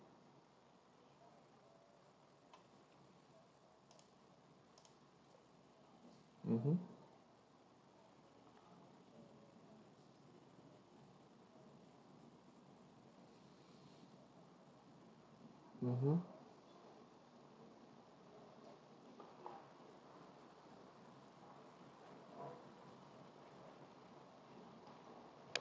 mmhmm